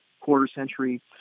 quarter-century